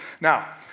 Now